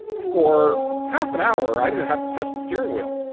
for half an hour, i didn't have to touch the steering wheel.